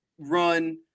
run –